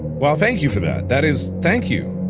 well thank you for that! that is thank you!